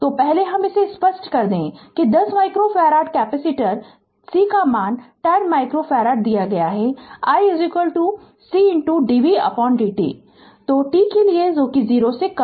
तो पहले हम इसे स्पष्ट कर दे कि 10 माइक्रोफ़ारड कैपेसिटर C का मान 10 माइक्रोफ़ारड दिया गया है i C dvdt तो t के लिए 0 से कम